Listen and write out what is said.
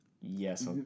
Yes